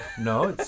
no